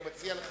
אדוני,